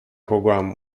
program